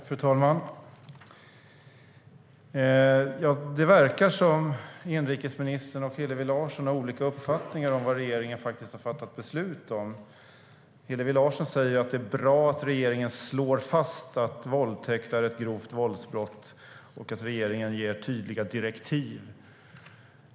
Fru talman! Det verkar som att inrikesministern och Hillevi Larsson har olika uppfattningar om vad regeringen faktiskt har fattat beslut om. Hillevi Larsson säger att det är bra att regeringen slår fast att våldtäkt är ett grovt våldsbrott och att regeringen ger tydliga direktiv.